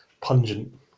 pungent